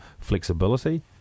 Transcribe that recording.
flexibility